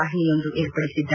ವಾಹಿನಿಯೊಂದು ಏರ್ಪಡಿಸಿದ್ದ